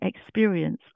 experience